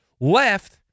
left